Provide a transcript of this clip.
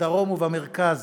בדרום ובמרכז,